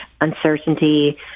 uncertainty